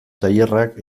tailerrak